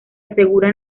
asegura